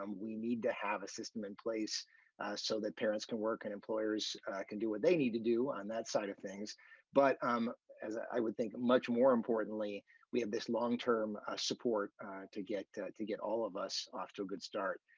um we need to have a system in place so that parents can work and employers can do what they need to do on that side of things but um as i would think much more importantly we have this long-term support to get to to get all of us off to a good start.